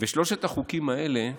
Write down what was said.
שלושת החוקים האלה,